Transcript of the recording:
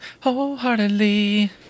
Wholeheartedly